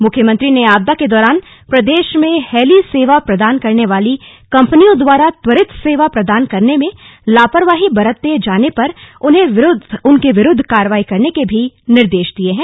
मुख्यमंत्री ने आपदा के दौरान प्रदेश में हेली सेवा प्रदान करने वाली कम्पनियों द्वारा त्वरित सेवा प्रदान करने में लापरवाही बरते जाने पर उनके विरूद्व कार्रवाई करने के भी निर्देश दिए हैं